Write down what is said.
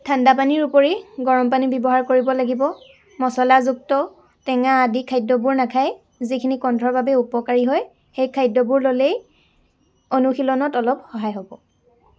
ঠাণ্ডা পানীৰ উপৰি গৰম পানী ব্য়ৱহাৰ কৰিব লাগিব মচলাযুক্ত টেঙা আদি খাদ্য়বোৰ নাখাই যিখিনি কণ্ঠৰ বাবে উপকাৰী হয় সেই খাদ্য়বোৰ ল'লেই অনুশীলনত অলপ সহায় হ'ব